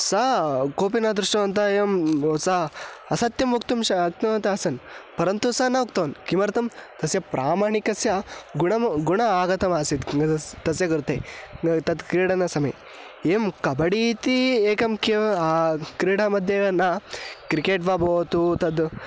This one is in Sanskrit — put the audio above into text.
सः कोपि न दृष्टवन्तः एवं सः असत्यं वक्तुं शक्नुवन्तः सन् परन्तु सः न उक्तवान् किमर्थं तस्य प्रामाणस्य गुणः गुणः आगतमासीत् तस्य कृते तत् क्रीडनसमये एवं कबड्डि इति एकं केवलं क्रीडा मध्ये एव न क्रिकेट् वा भवतु तत्